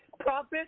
Profit